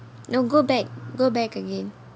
no go back go back again